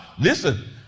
Listen